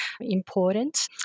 important